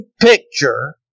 picture